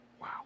Wow